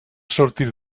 sortir